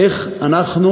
איך אנחנו